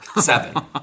Seven